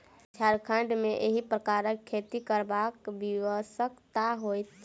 झारखण्ड मे एहि प्रकारक खेती करब विवशता होइत छै